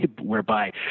whereby